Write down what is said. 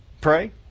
Pray